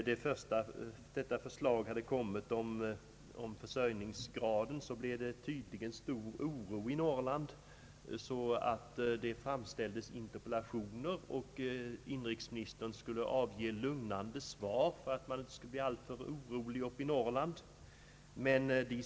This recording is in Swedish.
När förslaget beträffande jordbrukets försörjningsgrad hade lagts fram blev det tydligen stor oro i Norrland. Interpellationer framställdes, och inrikesministern fick lov att ge lugnande svar för att man inte skulle bli alliför orolig i Norrland.